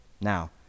Now